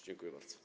Dziękuję bardzo.